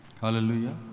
Hallelujah